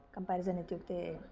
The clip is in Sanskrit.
कम्पेरिसन् इत्युक्ते